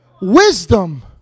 Wisdom